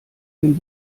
den